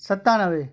सतानवें